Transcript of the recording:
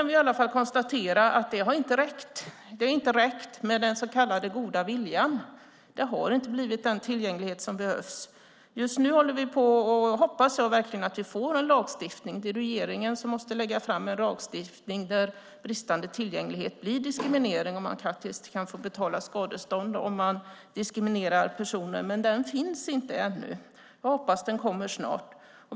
Vi kan konstatera att det inte har räckt med den så kallade goda viljan. Det har inte blivit den tillgänglighet som behövs. Nu hoppas jag verkligen att vi får en lagstiftning. Det är regeringen som måste lägga fram en lagstiftning som innebär att bristande tillgänglighet är diskriminering och att man kan få betala skadestånd om man diskriminerar personer, men den finns inte ännu. Jag hoppas att den kommer snart.